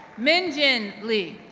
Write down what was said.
min jin lee,